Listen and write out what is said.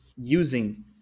Using